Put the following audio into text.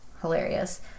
Hilarious